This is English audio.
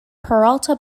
peralta